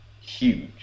huge